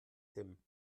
tim